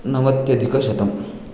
नवत्यधिकशतम्